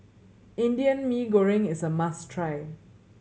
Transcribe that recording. Indian Mee Goreng is a must try